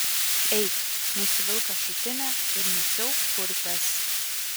eik nusivilk ašutinę ir nusiauk kurpes